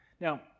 Now